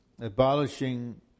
abolishing